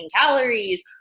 calories